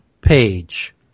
page